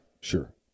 Sure